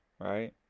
Right